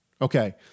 Okay